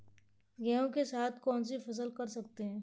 गेहूँ के साथ कौनसी फसल कर सकते हैं?